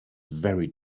very